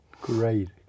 great